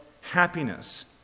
happiness